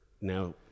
now